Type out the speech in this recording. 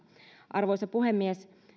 arvoisa puhemies